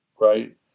right